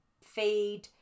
feed